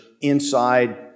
inside